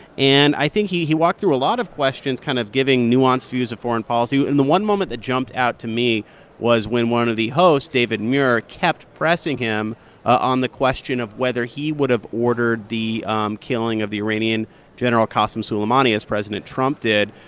and i think he he walked through a lot of questions, kind of giving nuanced views of foreign policy and the one moment that jumped out to me was when one of the hosts, david muir, kept pressing him on the question of whether he would have ordered the um killing of the iranian general qassem soleimani, as president trump did.